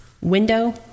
window